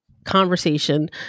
conversation